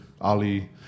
ali